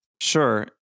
Sure